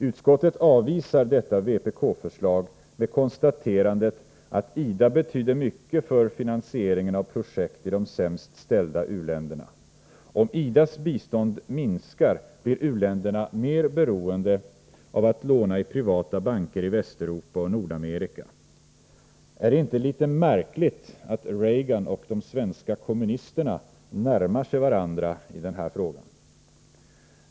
Utskottet avvisar detta vpk-förslag med konstaterandet att IDA betyder mycket för finansieringen av projekt i de sämst ställda u-länderna. Om IDA:s bistånd minskar, blir u-länderna mer beroende av att låna i privata banker i Västeuropa och Nordamerika. Är det inte litet märkligt att Reagan och de svenska kommunisterna närmar sig varandra i denna fråga?